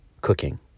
cooking